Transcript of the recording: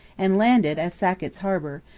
and landed at sackett's harbour,